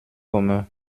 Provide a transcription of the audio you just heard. commun